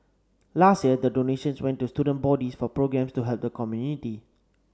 last year the donations went to student bodies for programmes to help the community